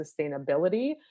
sustainability